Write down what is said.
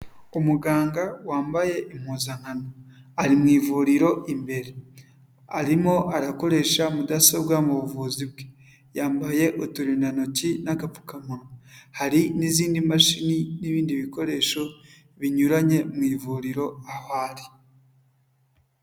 Umuganga wambaye impuzankano, ari mu ivuriro imbere, arimo arakoresha mudasobwa mu buvuzi bwe, yambaye uturindantoki n'agapfukamunwa, hari n'izindi mashini n'ibindi bikoresho binyuranye mu ivuriro aho ari.